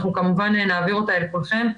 אנחנו כמובן נעביר אותה לכולכם,